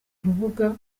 rubuga